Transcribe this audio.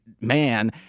man